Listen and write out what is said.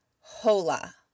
hola